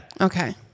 Okay